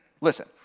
listen